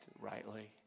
rightly